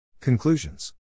Conclusions